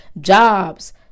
Jobs